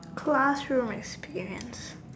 classroom experience